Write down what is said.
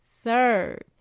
serve